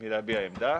מלהביע עמדה,